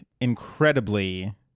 incredibly